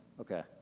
Okay